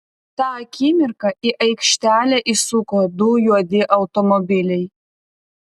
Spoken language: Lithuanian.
tą akimirką į aikštelę įsuko du juodi automobiliai